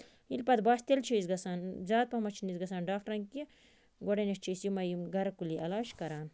ییٚلہِ پَتہٕ باسہِ تیٚلہِ چھِ أسۍ گژھان زیادٕ پَہمَتھ چھِنہٕ أسۍ گژھان ڈاکٹرَن کیٚنہہ گۄڈٕنیتھ چھِ أسۍ یِمَے یِم گرٕکُلی علاج کران